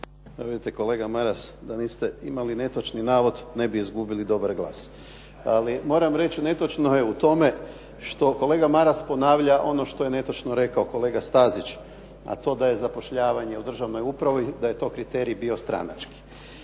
Pa evo kolega Maras, da niste imali netočan navod, ne bi izgubili dobar glas. Ali moram reći netočno je u tome što kolega Mars ponavlja ono što je netočno rekao kolega Stazić. A to je zapošljavanje u državnoj upravi, da je to kriterij bio stranački.